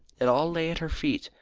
it all lay at her feet,